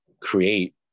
create